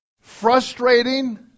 frustrating